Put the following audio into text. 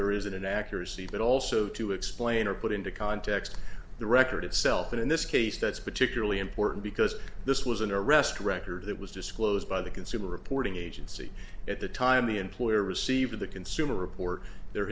there is an inaccuracy but also to explain or put into context the record itself and in this case that's particularly important because this was an arrest record that was disclosed by the consumer reporting agency at the time the employer received the consumer report there